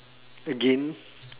again